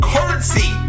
Currency